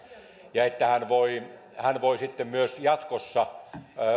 ja että hän voi hän voi sitten myös jatkossa